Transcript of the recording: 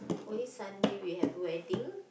oh this Sunday we have wedding